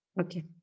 Okay